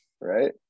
right